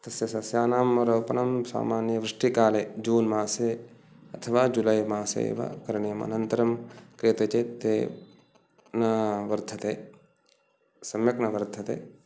तस्य सस्यानां रोपणं सामान्यवृष्टिकाले जून्मासे अथवा जुलैमासे एव करणीयम् अनन्तरं क्रियते चेत् ते न वर्धन्ते सम्यक् न वर्धन्ते